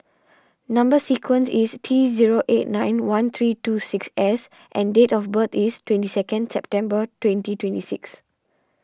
Number Sequence is T zero eight nine one three two six S and date of birth is twenty seconds September twenty twenty six